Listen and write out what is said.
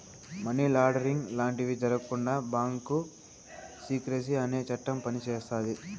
money laundering లాంటివి జరగకుండా bank secrecy అనే చట్టం పనిచేస్తాది